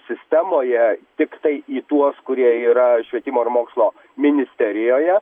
sistemoje tiktai į tuos kurie yra švietimo ir mokslo ministerijoje